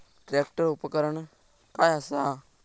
Tractor उपकरण काय असा?